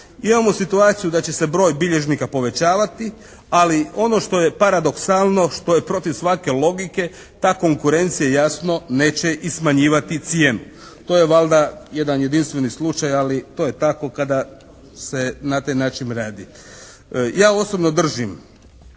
Imamo situaciju da će se broj bilježnika povećavati ali ono što je paradoksalno, što je protiv svake logike, ta konkurencija jasno neće i smanjivati cijenu. To je valjda jedan jedinstveni slučaj ali to je tako kada se na taj način radi. Ja osobno držim